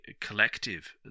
collective